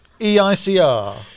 e-i-c-r